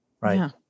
Right